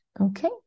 Okay